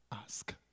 ask